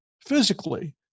physically